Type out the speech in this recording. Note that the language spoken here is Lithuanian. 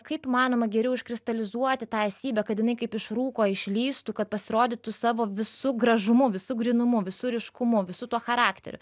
kaip įmanoma geriau iškristalizuoti tą esybę kad jinai kaip iš rūko išlįstų kad pasirodytų savo visu gražumu visu grynumu visu ryškumu visu tuo charakteriu